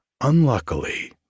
Unluckily